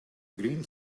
green